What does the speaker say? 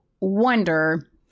wonder